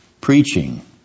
preaching